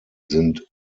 sind